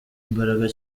mbaraga